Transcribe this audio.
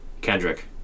Kendrick